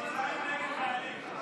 החתולים, נגד חיילים.